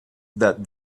that